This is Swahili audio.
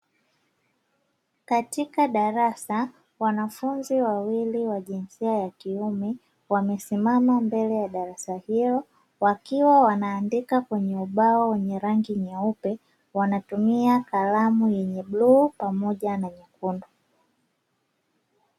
Katika darasa wanafunzi wawili wa jinsia ya kiume, wamesimama mbele ya darasa hilo, wakiwa wanaandika kwenye ubao wenye rangi nyeupe, wanatumia kalamu yenye bluu pamoja na nyekundu.